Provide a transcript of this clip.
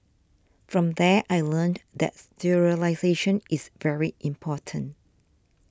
from there I learnt that sterilisation is very important